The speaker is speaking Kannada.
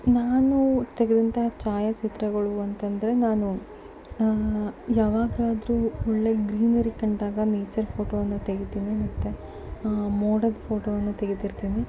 ನಾನು ತೆಗೆದಂತಹ ಛಾಯಾಚಿತ್ರಗಳು ಅಂತಂದರೆ ನಾನು ಯಾವಾಗಾದರೂ ಒಳ್ಳೆಯ ಗ್ರೀನರಿ ಕಂಡಾಗ ನೇಚರ್ ಫೋಟೋನ ತೆಗಿತೀನಿ ಮತ್ತು ಮೋಡದ ಫೋಟೋನ ತೆಗಿತಿರ್ತೀನಿ